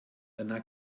yna